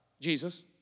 Jesus